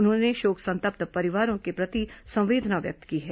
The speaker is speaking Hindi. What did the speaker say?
उन्होंने शोक संतप्त परिवारों के प्रति संवेदना व्यक्त की है